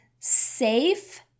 safe